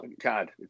God